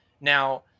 Now